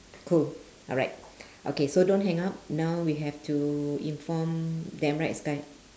cool alright okay so don't hang up now we have to inform them right sky